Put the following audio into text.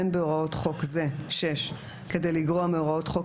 (א) אין בהוראות חוק זה כדי לגרוע מהוראות חוק